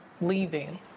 leaving